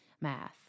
math